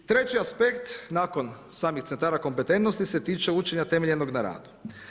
Treći aspekt nakon samih centara kompetentnosti se tiče učenja temeljenog na radu.